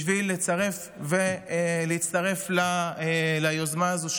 בשביל לצרף ולהצטרף ליוזמה הזו.